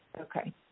Okay